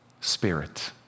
Spirit